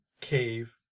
cave